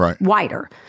wider